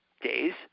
days